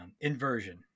Inversion